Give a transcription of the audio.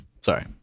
Sorry